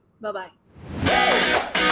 Bye-bye